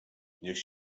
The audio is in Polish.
niech